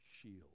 shield